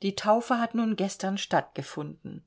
die taufe hat nun gestern stattgefunden